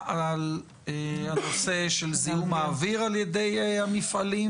על נושא של זיהום האוויר על ידי המפעלים,